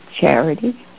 charity